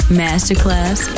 masterclass